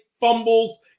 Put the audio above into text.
fumbles